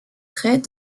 traits